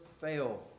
fail